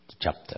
chapter